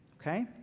okay